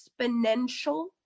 Exponential